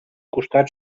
costat